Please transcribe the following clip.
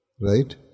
right